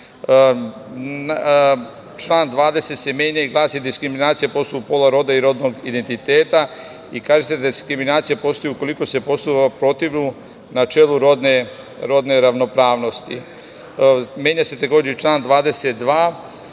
20. se menja i glasi – diskriminacija po osnovu pola, roda i rodnog identiteta, i kaže se da diskriminacija postoji ukoliko se po osnovima protivu načela rodne ravnopravnosti. Menja se takođe i član 22,